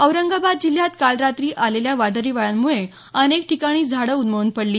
औरंगाबाद जिल्ह्यात काल रात्री आलेल्या वादळी वाऱ्यांमुळे अनेक ठिकाणी झाडं उन्मळून पडली